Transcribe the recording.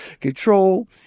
control